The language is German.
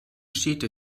städte